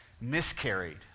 miscarried